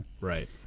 Right